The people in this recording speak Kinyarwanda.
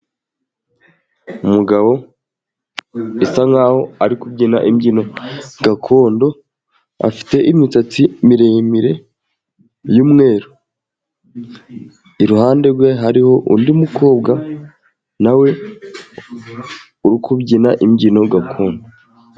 umugabo usa nk'aho ari kubyina imbyino gakondo, afite imisatsi miremire y'umweru. Iruhande rwe hariho undi mukobwa nawe uri kubyina imbyino gakondo.